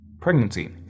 pregnancy